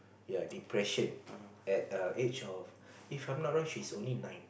ya depression at err age of if I'm not wrong she is only nine